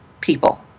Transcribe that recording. people